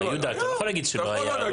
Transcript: יהודה, אתה לא יכול להגיד שלא היה.